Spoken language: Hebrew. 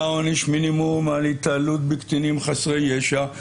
עונש מינימום על התעללות בקטינים חסרי ישע.